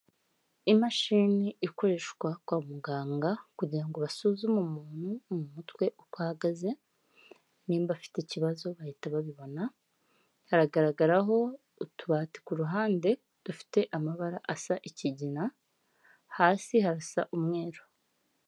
Imashini ikoreshwa kwa muganga kugira ngo basuzume umuntu mu mutwe uko ahagaze, nimba afite ikibazo bahita babibona haragaragara ho utubati ku ruhande dufite amabara asa ikigina hasi harasa umweru.